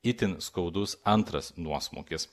itin skaudus antras nuosmukis